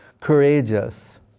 courageous